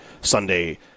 Sunday